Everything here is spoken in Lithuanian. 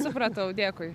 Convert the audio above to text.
supratau dėkui